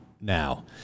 now